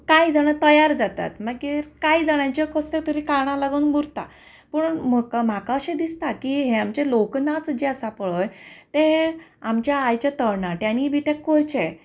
कांय जाणां तयार जातात मागीर कांय जाणांचें कसलें तरी कारणा लागून उरता पूण म्हका म्हाका अशें दिसता की हे आमचे लोकनाच जे आसा पळय ते आमच्या आयच्या तरनाट्यांनी बी ते करचे